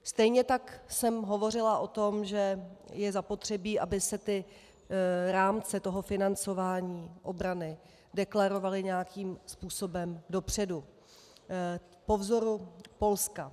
Stejně tak jsem hovořila o tom, že je zapotřebí, aby se rámce financování obrany deklarovaly nějakým způsobem dopředu po vzoru Polska.